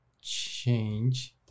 change